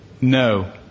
no